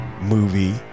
movie